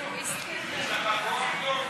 שלוש דקות לרשותך.